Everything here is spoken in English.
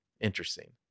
Interesting